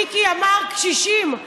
מיקי אמר קשישים,